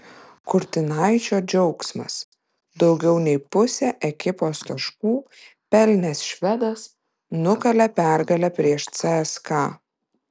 kurtinaičio džiaugsmas daugiau nei pusę ekipos taškų pelnęs švedas nukalė pergalę prieš cska